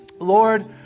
Lord